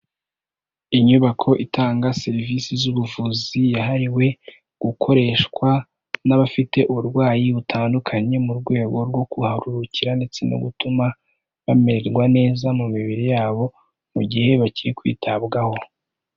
Inyubako itanga serivisi z'ubuvuzi yahariwe gukoreshwa n'abafite uburwayi butandukanye, mu rwego rwo kuharuhukira ndetse no gutuma bamererwa neza mu mibiri yabo mu gihe bakiri kwitabwaho.